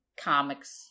comics